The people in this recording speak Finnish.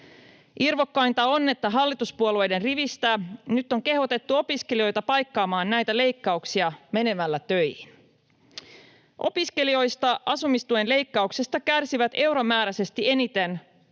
Irvokkainta on, että hallituspuolueiden rivistä nyt on kehotettu opiskelijoita paikkaamaan näitä leikkauksia menemällä töihin. Opiskelijoista asumistuen leikkauksesta kärsivät euromääräisesti eniten opintojen